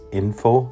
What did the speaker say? info